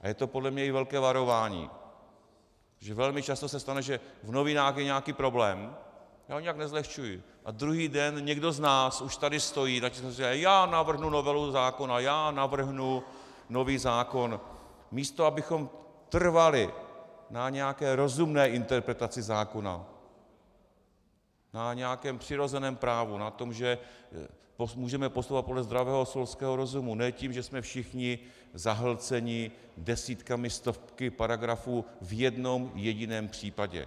A je to podle mě i velké varování, že velmi často se stane, že v novinách je nějaký problém, já to nijak nezlehčuji, a druhý den někdo z nás už tady stojí: já navrhnu novelu zákona, já navrhnu nový zákon místo abychom trvali na nějaké rozumné interpretaci zákona, na nějakém přirozeném právu, na tom, že můžeme postupovat podle zdravého selského rozumu, ne tím, že jsme všichni zahlceni desítkami, stovkami paragrafů v jednom jediném případě.